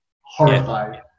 horrified